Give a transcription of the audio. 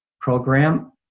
program